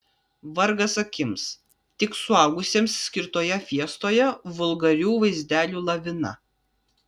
vargas akims tik suaugusiems skirtoje fiestoje vulgarių vaizdelių lavina